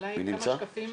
אולי כמה שקפים.